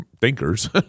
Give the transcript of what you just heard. thinkers